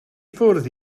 fwrdd